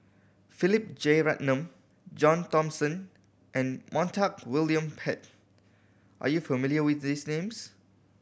Philip Jeyaretnam John Thomson and Montague William Pett are you familiar with these names